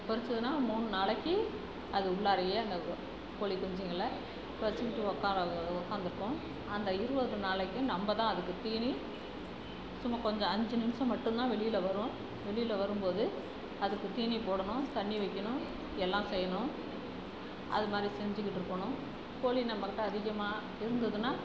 பொரிச்சுதுன்னால் மூணு நாளைக்கு அது உள்ளாரையே அந்த கோழிக் குஞ்சுங்களை வச்சிக்கிட்டு உட்கார உட்காந்துருக்கும் அந்த இருபது நாளைக்கும் நம்ம தான் அதுக்குத் தீனி சும்மா கொஞ்சம் அஞ்சு நிமிடம் மட்டுந்தான் வெளியில வரும் வெளியில வரும் போது அதுக்குத் தீனி போடணும் தண்ணி வைக்கணும் எல்லாம் செய்யணும் அது மாதிரி செஞ்சிக்கிட்டு இருக்கணும் கோழி நம்மக்கிட்ட அதிகமாக இருந்ததுன்னால்